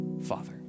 father